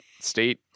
state